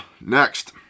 Next